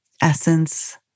essence